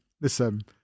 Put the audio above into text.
Listen